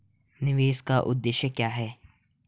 निवेश का उद्देश्य क्या है?